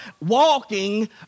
walking